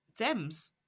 Dems